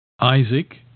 Isaac